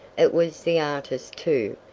it was the artist, too,